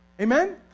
Amen